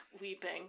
weeping